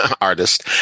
artist